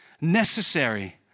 necessary